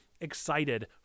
excited